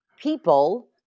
people